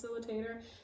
facilitator